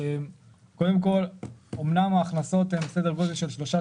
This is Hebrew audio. אמנם ההכנסות הן סדר גודל של שלושה,